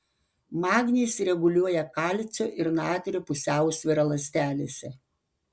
magnis reguliuoja kalcio ir natrio pusiausvyrą ląstelėse